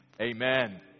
amen